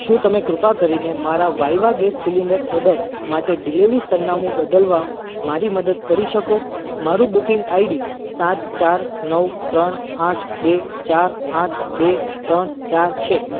શું તમે કૃપા કરીને મારા વાઇવા ગેસ સિલિન્ડર ઓર્ડર માટે ડિલિવરી સરનામું બદલવામાં મારી મદદ કરી શકો મારું બુકિંગ આઈડી સાત ચાર નવ ત્રણ આઠ બે ચાર આઠ બે ત્રણ ચાર છે